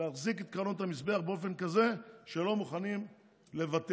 להחזיק את קרנות המזבח באופן כזה שלא מוכנים לוותר.